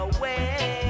Away